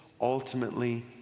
ultimately